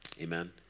Amen